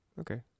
Okay